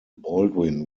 baldwin